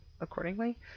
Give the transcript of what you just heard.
accordingly